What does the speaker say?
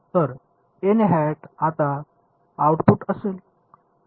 तर N hat आता output असेल